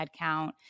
headcount